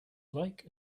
like